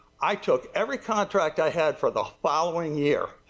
i took every contracted i had from the following year,